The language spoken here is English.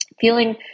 feeling